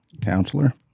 Counselor